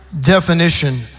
definition